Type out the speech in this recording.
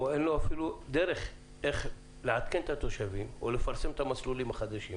אפילו אין לו דרך לעדכן את התושבים או לפרסם את המסלולים החדשים